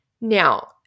Now